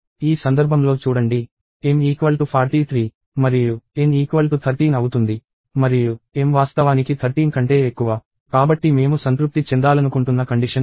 ఈ సందర్భంలో చూడండి m 43 మరియు n 13 అవుతుంది మరియు m వాస్తవానికి 13 కంటే ఎక్కువ కాబట్టి మేము సంతృప్తి చెందాలనుకుంటున్న కండిషన్ ఇది